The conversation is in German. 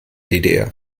ddr